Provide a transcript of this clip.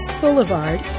Boulevard